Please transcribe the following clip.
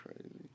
crazy